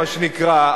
מה שנקרא,